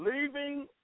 leaving